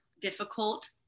difficult